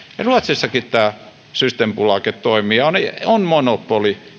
ruotsissakin tämä systembolaget toimii ja siinä on monopoli